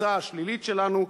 בתפיסה השלילית שלנו,